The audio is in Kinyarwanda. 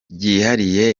ryihariye